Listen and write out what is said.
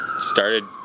started